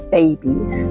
babies